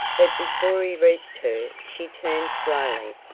but before he reached her she turned slowly,